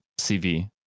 CV